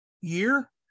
year